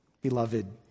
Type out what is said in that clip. beloved